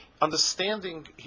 understanding